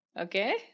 Okay